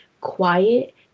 quiet